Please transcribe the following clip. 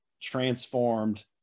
transformed